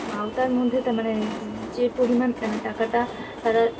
আওতার মধ্যে তা মানে যে যে পরিমাণ টাকাটা তারা